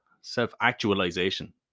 self-actualization